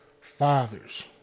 fathers